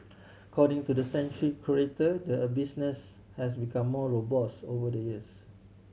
according to the sanctuary curator the business has become more robust over the years